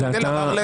תן לה לדבר.